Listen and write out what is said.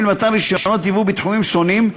למתן רישיונות ייבוא בתחומים שונים,